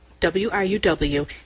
WRUW